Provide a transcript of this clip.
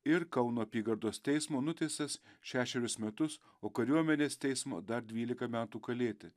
ir kauno apygardos teismo nuteistas šešerius metus o kariuomenės teismo dar dvylika metų kalėti